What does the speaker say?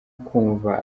kumva